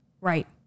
Right